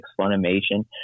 Funimation